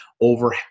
over